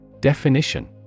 Definition